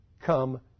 come